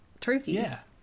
Trophies